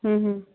ਹਮ ਹਮ